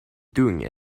doing